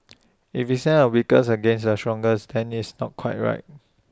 if we send our weakest against the strongest then it's not quite right